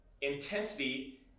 intensity